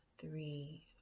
three